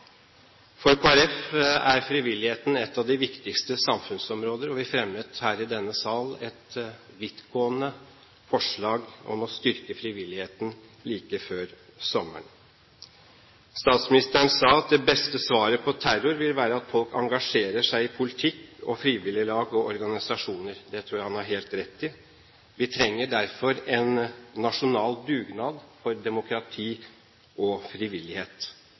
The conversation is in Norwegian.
Kristelig Folkeparti er frivilligheten et av de viktigste samfunnsområder, og vi fremmet like før sommeren her i denne sal et vidtgående forslag om å styrke frivilligheten. Statsministeren sa at det beste svaret på terror vil være at folk engasjerer seg i politikk og frivillige lag og organisasjoner. Det tror jeg han har helt rett i. Vi trenger derfor en nasjonal dugnad for demokrati og frivillighet.